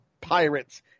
Pirates